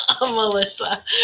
Melissa